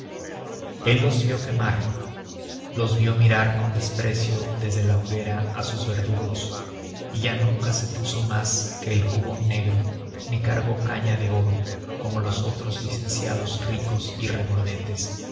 el los vio quemar los vio mirar con desprecio desde la hoguera a sus verdugos y ya nunca se puso más que el jubón negro ni cargó caña de oro como los otros licenciados ricos y regordetes